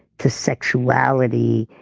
to sexuality,